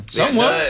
Somewhat